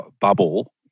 bubble